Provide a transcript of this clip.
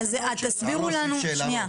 שנייה,